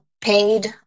paid